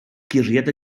guriad